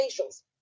facials